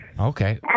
Okay